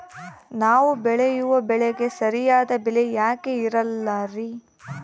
ನಾವು ಬೆಳೆಯುವ ಬೆಳೆಗೆ ಸರಿಯಾದ ಬೆಲೆ ಯಾಕೆ ಇರಲ್ಲಾರಿ?